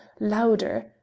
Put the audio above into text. louder